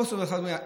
חוסר בהתחלות בנייה,